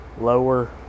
lower